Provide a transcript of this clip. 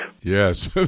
Yes